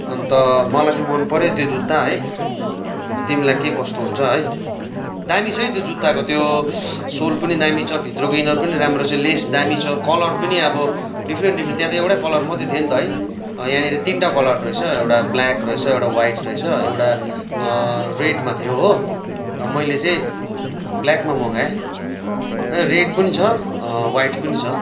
अन्त मलाई चाहिँ मन पर्यो त्यो जुत्ता है तिमीलाई के कस्तो हुन्छ है दामी छ है त्यो जुत्ताको त्यो सोल पनि दामी छ भित्रको इनर पनि राम्रो छ लेस दामी छ कलर पनि अब डिफरेन्ट डिफरेन्ट त्यहाँ त एउटै कलर मात्रै थियो नि त है यहाँनिर तिनवटा कलर रहेछ एउटा ब्ल्याक रहेछ एउटा वाइट रहेछ एउटा रेडमा थियो हो मैले चाहिँ ब्ल्याकमा मगाएँ रेड पनि छ व्हाइट पनि छ